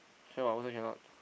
can [what] who say cannot